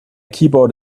keyboard